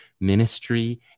Ministry